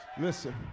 Listen